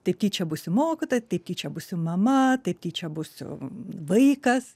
taip tyčia būsiu mokytoja taip tyčia būsiu mama taip tyčia būsiu vaikas